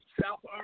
South